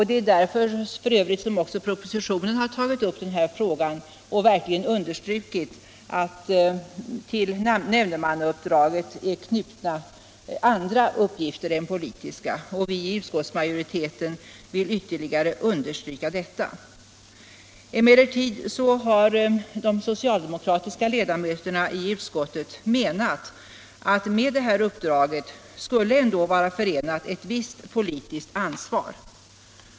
Det är f. ö. också därför som man i propositionen har tagit upp den här frågan och verkligen understrukit att till nämndemannauppdraget är knutna andra uppgifter än politiska. Utskottsmajoriteten vill ytterligare understryka detta. De socialdemokratiska ledamöterna i utskottet har emellertid menat, att med detta uppdrag skulle ändå vara förenat ett visst politiskt ansvar.